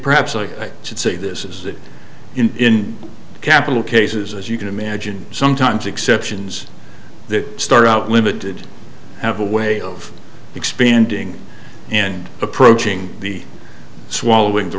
perhaps i should say this is that in capital cases as you can imagine sometimes exceptions that start out limited have a way of expanding and approaching the swallowing the